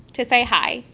to say hi,